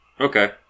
Okay